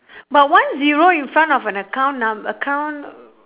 but one zero in front of an account num~ account